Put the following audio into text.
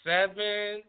Seven